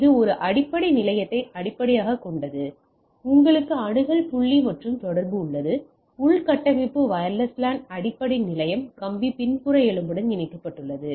இது ஒரு அடிப்படை நிலையத்தை அடிப்படையாகக் கொண்டது உங்களுக்கு அணுகல் புள்ளி மற்றும் தொடர்பு உள்ளது உள்கட்டமைப்பு வயர்லெஸ் அடிப்படை நிலையம் கம்பி பின்புற எலும்புடன் இணைக்கப்பட்டுள்ளது